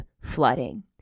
flooding